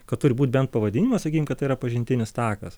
kad turi būt bent pavadinimas sakykim kad tai yra pažintinis takas